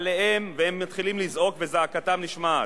הם מתחילים לזעוק וזעקתם נשמעת.